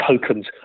tokens